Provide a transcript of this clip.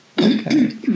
Okay